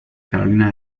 carolina